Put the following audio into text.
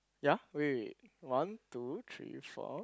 ya wait one two three four